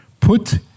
Put